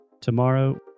tomorrow